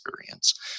experience